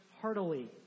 heartily